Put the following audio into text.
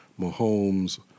Mahomes